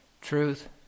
truth